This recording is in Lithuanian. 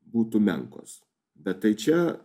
būtų menkos bet tai čia